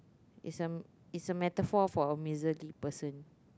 is a is a method for for a musically person